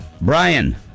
Brian